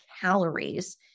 calories